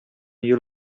your